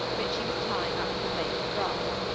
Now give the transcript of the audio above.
which she was tying up with a blade of grass.